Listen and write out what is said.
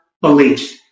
beliefs